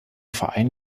verein